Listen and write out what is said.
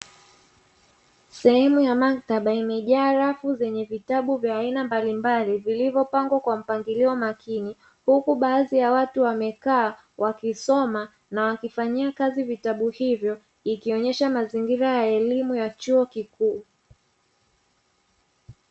Sehemu ya maktaba imejaa rafu zenye vitabu vya aina mbalimbali vilivyopangwa kwa mpangilio makini, huku baadhi ya watu wamekaa wakisoma na wakifanyia kazi vitabu hivyo ikionyesha mazingira ya elimu ya chuo kikuu.